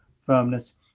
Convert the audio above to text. firmness